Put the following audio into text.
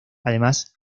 además